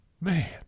man